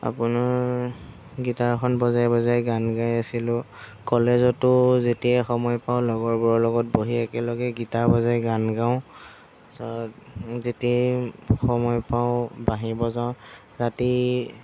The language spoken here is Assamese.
আপোনাৰ গীটাৰখন বজাই বজাই গান গাই আছিলোঁ কলেজতো যেতিয়াই সময় পাওঁ লগৰবোৰৰ লগত বহি একেলগে গীটাৰ বজাই গান গাওঁ পাচত যেতিয়াই সময় পাওঁ বাঁহী বজাওঁ ৰাতি